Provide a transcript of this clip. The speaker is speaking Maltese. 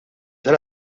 tal